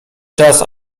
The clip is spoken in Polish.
czas